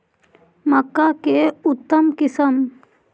मक्का के उतम किस्म?